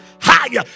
higher